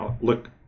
look